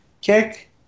kick